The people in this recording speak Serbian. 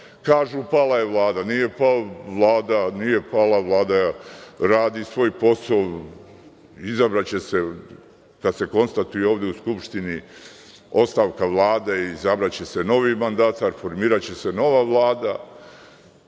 – pala je Vlada. Nije pala Vlada, radi svoj posao. Izabraće se kada se konstatuje ovde u Skupštini ostavka Vlade, izabraće se novi mandatar, formiraće se nova Vlada,